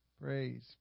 Praise